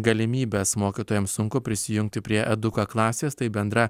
galimybes mokytojams sunku prisijungti prie eduka klasės tai bendra